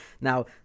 now